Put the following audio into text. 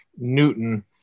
Newton